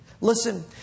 Listen